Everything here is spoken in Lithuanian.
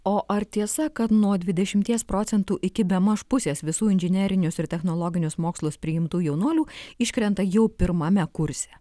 o ar tiesa kad nuo dvidešimties procentų iki bemaž pusės visų inžinerinius ir technologinius mokslus priimtų jaunuolių iškrenta jau pirmame kurse